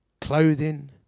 Clothing